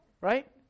Right